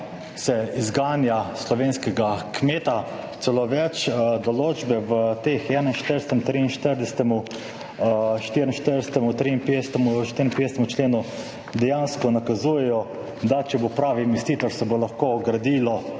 se izganja slovenskega kmeta. Celo več, določbe v 41., 43., 44., 53., 54. členu dejansko nakazujejo, da če bo pravi investitor, se bo lahko gradilo